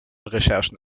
recherchen